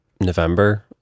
November